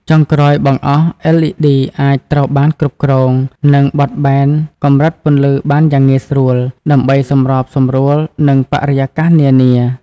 ចុងក្រោយបង្អស់LED អាចត្រូវបានគ្រប់គ្រង និងបត់បែនកម្រិតពន្លឺបានយ៉ាងងាយស្រួល ដើម្បីសម្របសម្រួលនឹងបរិយាកាសនានា។